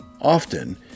Often